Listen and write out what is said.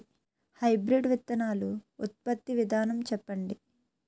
Hybrid విత్తనాలు ఉత్పత్తి విధానం చెప్పండి?